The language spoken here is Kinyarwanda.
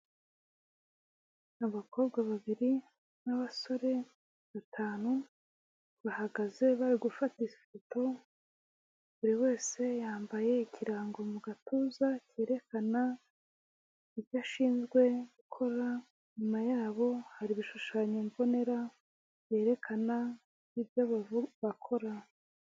Abakobwa babiri n'abasore batanu bahagaze bari gufata ifoto, buri wese yambaye ikirango mu gatuza kerekana ibyo ashinzwe gukora, inyuma yabo hari ibishushanyo mbonera byerekana ibyo abantu bakora.